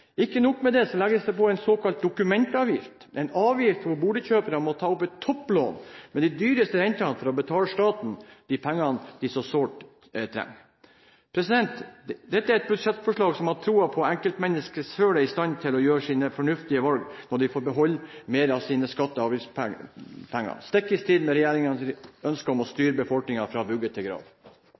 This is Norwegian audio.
Ikke nok med det, det legges på en såkalt dokumentavgift, en avgift hvor boligkjøpere må ta opp topplån med de dyreste rentene for å betale staten de pengene de så sårt trenger selv. Dette er et budsjettforslag som har tro på at enkeltmenneskene selv er i stand til å gjøre sine fornuftige valg når de får beholde mer av sine skatte- og avgiftspenger, stikk i strid med regjeringens ønske om å styre befolkningen fra vugge til grav.